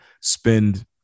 spend